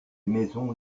maisons